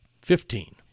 Fifteen